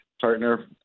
partner